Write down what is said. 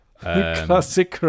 Classic